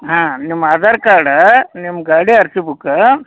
ಹಾಂ ನಿಮ್ಮ ಆಧಾರ್ ಕಾರ್ಡ ನಿಮ್ಮ ಗಾಡಿ ಆರ್ ಸಿ ಬುಕ್ಕ